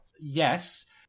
Yes